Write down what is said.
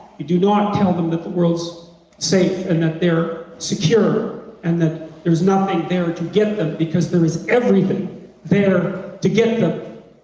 you do not tell them that the world's safe and that they're secure, and that there's nothing there to get them because there is everything there to get them.